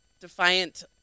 defiant